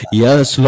yes